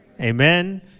Amen